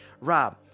Rob